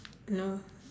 no